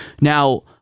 Now